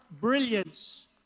brilliance